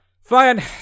Fine